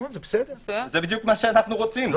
זה מה שאנחנו רוצים.